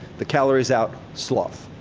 the calories out, sloth.